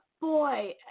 boy